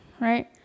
right